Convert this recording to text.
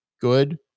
good